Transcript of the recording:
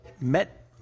met